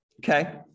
okay